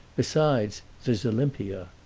besides, there's olimpia.